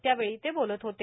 त्यावेळी ते बोलत होते